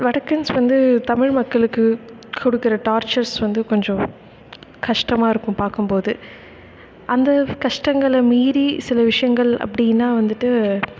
வடக்கன்ஸ் வந்து தமிழ் மக்களுக்கு கொடுக்குற டார்ச்சர்ஸ் வந்து கொஞ்சோம் கஷ்டமாக இருக்கும் பார்க்கும் போது அந்த கஷ்டங்களை மீறி சில விஷயங்கள் அப்படினா வந்துட்டு